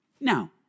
Now